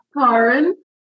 Karen